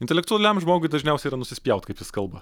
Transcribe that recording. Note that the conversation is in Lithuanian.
intelektualiam žmogui dažniausiai yra nusispjaut kaip jis kalba